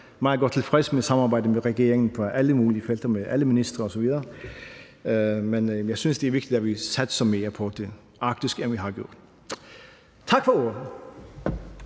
Jeg er sådan meget godt tilfreds med samarbejdet med regeringen på alle mulige felter med alle ministre osv., men jeg synes, det er vigtigt, at vi satser mere på det arktiske, end vi har gjort. Tak for ordet.